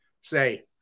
say